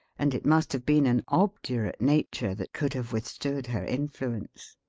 and it must have been an obdurate nature that could have withstood her influence.